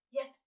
Yes